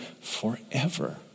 forever